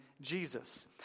Jesus